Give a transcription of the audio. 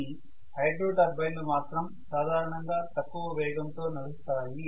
కానీ హైడ్రో టర్బైన్లు మాత్రం సాధారణంగా తక్కువ వేగంతో నడుస్తాయి